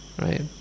right